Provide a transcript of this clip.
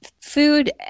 Food